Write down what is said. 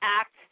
act